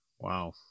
Wow